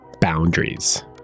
boundaries